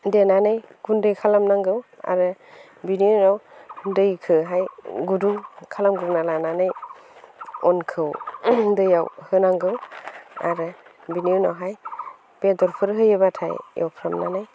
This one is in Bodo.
देनानै गुन्दै खालामनांगौ आरो बेनि उनाव दैखोहाय गुदुं खालामग्रोना लानानै अनखौ दैयाव होनांगौ आरो बेनि उनावहाय बेदरफोर होयोबाथाय एवफ्रामनानै